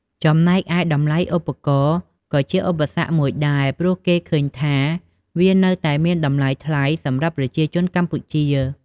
ចំណែកឯតម្លៃឧបករណ៍ក៏ជាឧបសគ្គមួយដែរ ព្រោះគេឃើញថាវានៅតែមានតម្លៃថ្លៃសម្រាប់ប្រជាជនខ្មែរ។